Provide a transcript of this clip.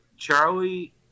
Charlie